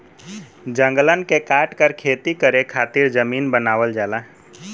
जंगलन के काटकर खेती करे खातिर जमीन बनावल जाला